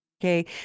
Okay